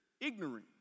ignorant